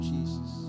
Jesus